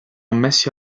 ammessi